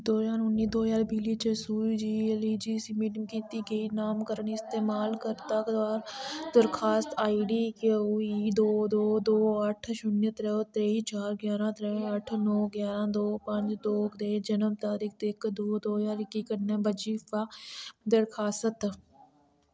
दो ज्हार उन्नी दो ज्हार बीह् जि'ले च सू जि'ले ची सबमिट कीती गेई नमांकरण इस्तमालकर्ता द्वारा दरखास्त आई डी क्यू ई दो दो दो अठ्ठ शून्य त्रै त्रेई चार ग्यारह त्रै अठ्ठ नौ ग्यारह दो पंज दो ते जनम तरीक इक दो ज्हार इक्की कन्नै बजीफा दरखास्त